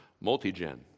multi-gen